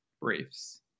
Briefs